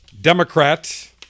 Democrat